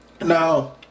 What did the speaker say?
Now